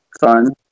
fun